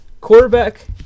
Quarterback